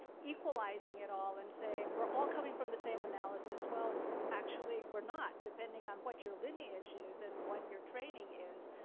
equalizing it all and saying, we're all coming from the same analysis. well, actually, we're not, depending on what your lineage is and what your training is.